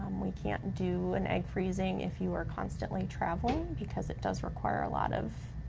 we can't do an egg freezing if you are constantly traveling, because it does require a lot of